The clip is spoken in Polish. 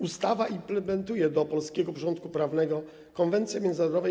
Ustawa implementuje do polskiego porządku prawnego Konwencję Międzynarodowej